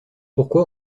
pourquoi